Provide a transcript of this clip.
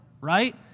right